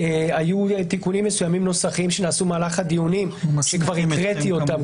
היו תיקונים מסוימים נוסחיים שנעשו במהלך הדיונים שכבר הקראתי אותם,